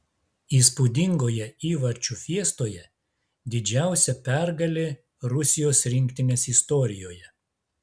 įspūdingoje įvarčių fiestoje didžiausia pergalė rusijos rinktinės istorijoje